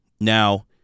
Now